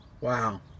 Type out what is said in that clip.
Wow